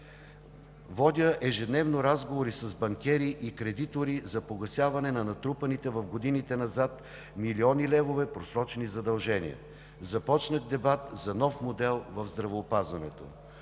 Ежедневно водя разговори с банкери и кредитори за погасяване на натрупаните в годините назад милиони левове просрочени задължения. Започнах дебат за нов модел в здравеопазването.